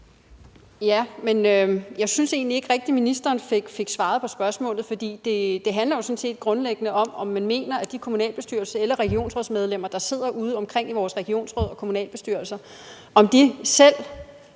Ja, men jeg synes ikke rigtig, ministeren fik svaret på spørgsmålet. For det handler jo sådan set grundlæggende om, om man mener, at de kommunalbestyrelses- eller regionsrådsmedlemmer, der sidder udeomkring i vores regionsråd og kommunalbestyrelser, selv